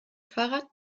fahrrad